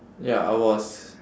ya I was